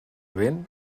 vent